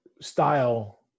style